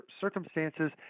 circumstances